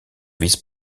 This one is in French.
vice